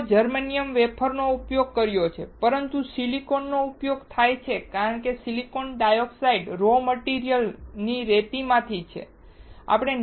લોકોએ germanium wafer નો પણ ઉપયોગ કર્યો છે પરંતુ સિલિકોન નો ઉપયોગ થાય છે કારણ કે સિલિકોન ડાયોક્સાઇડ રો મટીરીઅલ ની રેતીમાંથી છે